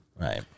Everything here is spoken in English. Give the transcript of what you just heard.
Right